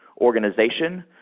organization